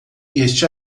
este